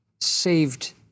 saved